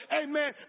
amen